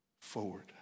forward